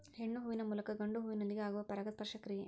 ಹೆಣ್ಣು ಹೂವಿನ ಮೂಲಕ ಗಂಡು ಹೂವಿನೊಂದಿಗೆ ಆಗುವ ಪರಾಗಸ್ಪರ್ಶ ಕ್ರಿಯೆ